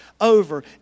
over